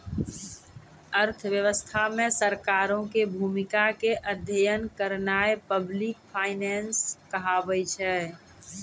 अर्थव्यवस्था मे सरकारो के भूमिका के अध्ययन करनाय पब्लिक फाइनेंस कहाबै छै